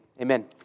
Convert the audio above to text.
Amen